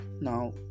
Now